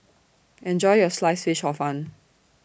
Enjoy your Sliced Fish Hor Fun